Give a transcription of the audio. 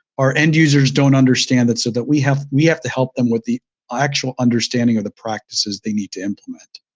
our end users don't understand that, so we have we have to help them with the actual understanding of the practices they need to implement.